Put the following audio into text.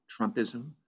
Trumpism